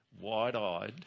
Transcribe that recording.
wide-eyed